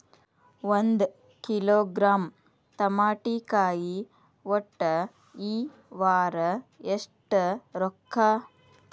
ಒಂದ್ ಕಿಲೋಗ್ರಾಂ ತಮಾಟಿಕಾಯಿ ಒಟ್ಟ ಈ ವಾರ ಎಷ್ಟ ರೊಕ್ಕಾ?